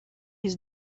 has